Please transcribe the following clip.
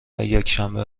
یکشنبه